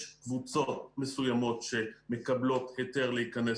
יש קבוצות מסוימות שמקבלות היתר להיכנס